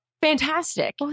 fantastic